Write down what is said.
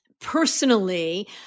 personally